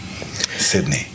Sydney